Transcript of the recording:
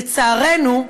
לצערנו,